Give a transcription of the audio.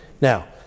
now